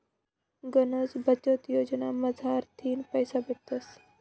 गनच बचत योजना मझारथीन पैसा भेटतस